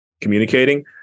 communicating